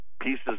pieces